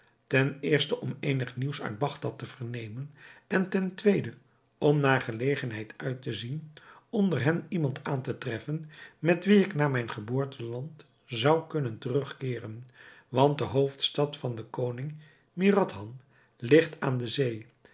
ten eerste om eenig nieuws uit bagdad te vernemen en ten tweede om naar gelegenheid uit te zien onder hen iemand aan te treffen met wien ik naar mijn geboorteland zou kunnen terugkeeren want de hoofdstad van den koning mihradhan ligt aan de zee